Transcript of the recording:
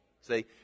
Say